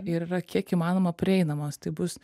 ir yra kiek įmanoma prieinamos tai bus